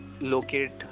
locate